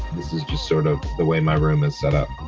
this is just sort of the way my room is set up